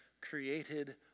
created